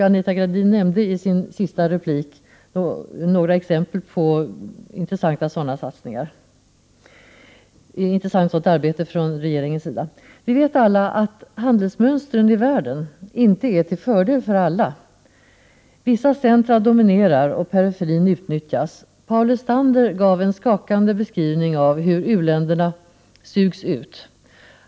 Anita Gradin nämnde i sin senaste replik några exempel på intressanta sådana satsningar från regeringen. Vi vet alla att handelsmönstren i världen inte är till fördel för alla. Vissa centra dominerar och periferin utnyttjas. Paul Lestander gav en skakande beskrivning av hur u-länderna sugs ut.